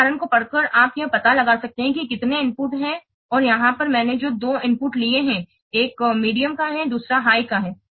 उस उदाहरण को पढ़कर आप यह पता लगा सकते हैं कि कितने इनपुट हैं और यहाँ पर मैंने जो दो इनपुट लिए हैं एक माध्यम का है दूसरा उच्च का है